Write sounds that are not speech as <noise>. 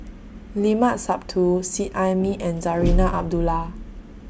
Limat Sabtu Seet Ai Mee and <noise> Zarinah Abdullah